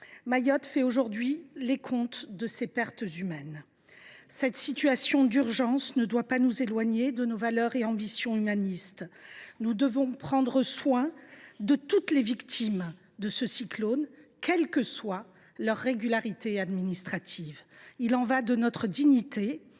Mayotte fait aujourd’hui le compte de ses pertes humaines. Cette situation d’urgence ne doit pas nous éloigner de nos valeurs et ambitions humanistes. Nous devons prendre soin de toutes les victimes de ce cyclone, que leur situation administrative soit régulière ou non.